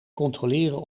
controleren